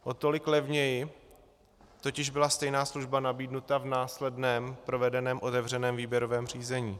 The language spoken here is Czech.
O tolik levněji totiž byla stejná služba nabídnuta v následně provedeném otevřeném výběrovém řízení.